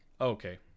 Okay